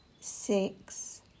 six